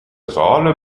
saale